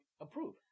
approve